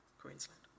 Queensland